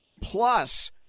plus